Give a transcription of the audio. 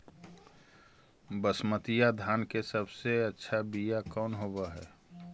बसमतिया धान के सबसे अच्छा बीया कौन हौब हैं?